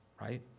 right